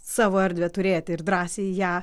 savo erdvę turėti ir drąsiai ją